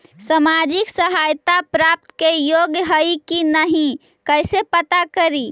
सामाजिक सहायता प्राप्त के योग्य हई कि नहीं कैसे पता करी?